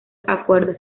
acuerdos